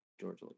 George